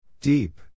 Deep